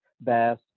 bass